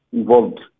involved